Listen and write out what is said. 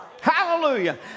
Hallelujah